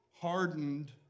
hardened